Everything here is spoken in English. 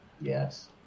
Yes